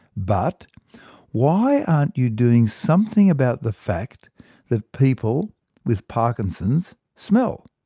but why aren't you doing something about the fact that people with parkinson's smell?